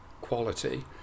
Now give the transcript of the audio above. quality